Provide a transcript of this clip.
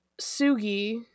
Sugi